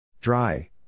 Dry